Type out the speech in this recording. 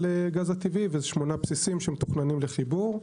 הגז הטבעי ויש שמונה בסיסים שמתוכננים לחיבור.